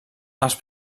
els